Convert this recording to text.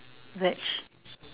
veg